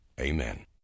Amen